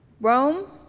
Rome